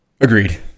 Agreed